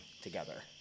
together